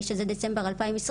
שזה דצמבר 2020,